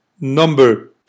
number